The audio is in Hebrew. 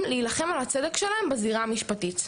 להילחם על הצדק שלהם בזירה המשפטית,